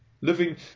Living